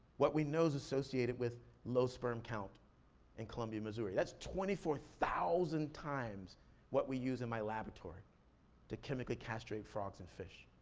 what we know is associated with low sperm count in columbia, missouri. that's twenty four thousand times what we use in my laboratory to chemically castrate frogs and fish.